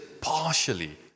partially